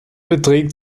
beträgt